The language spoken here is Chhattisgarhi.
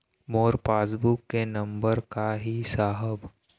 मोर पास बुक के नंबर का ही साहब?